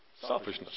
selfishness